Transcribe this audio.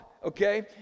Okay